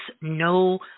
no